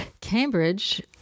Cambridge